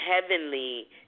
Heavenly